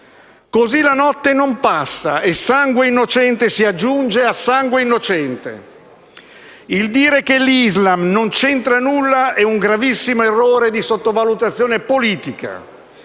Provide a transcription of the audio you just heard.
Così la notte non passa e sangue innocente si aggiunge a sangue innocente. Dire che l'Islam non c'entra nulla è un gravissimo errore di sottovalutazione politica.